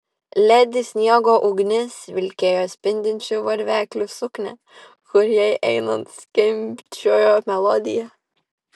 ledi sniego ugnis vilkėjo spindinčių varveklių suknią kuri jai einant skimbčiojo melodiją